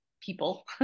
People